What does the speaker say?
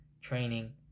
training